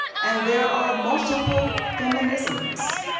and there are multiple feminisms.